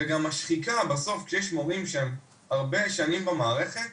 וגם השחיקה, בסוף יש מורים שהם הרבה שנים במערכת,